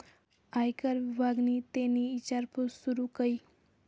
आयकर विभागनि तेनी ईचारपूस सूरू कई